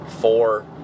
four